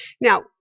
now